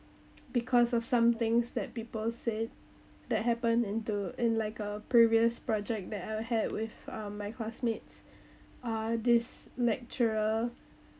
because of some things that people said that happen into in like a previous project that I had with um my classmates uh this lecturer